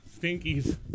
Stinkies